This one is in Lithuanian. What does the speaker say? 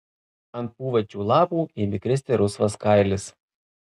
ant pūvančių lapų ėmė kristi rusvas kailis